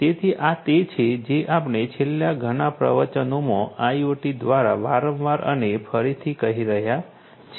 તેથી આ તે છે જે આપણે છેલ્લાં ઘણાં પ્રવચનોમાં આઈઓટી દ્વારા વારંવાર અને ફરીથી કહી રહ્યા છીએ